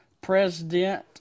president